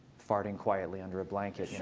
farting quietly under a blanket.